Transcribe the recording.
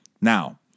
Now